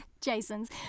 Jason's